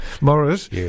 Morris